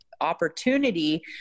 opportunity